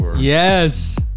Yes